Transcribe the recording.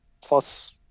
plus